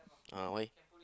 uh why